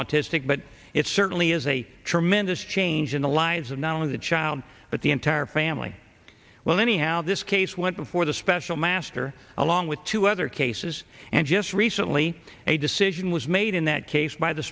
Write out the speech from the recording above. autistic but it certainly is a tremendous change in the lives of not only the child but the entire family well anyhow this case went before the special master along with two other cases and just recently a decision was made in that case by the